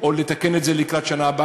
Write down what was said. או לתקן את זה לקראת השנה הבאה,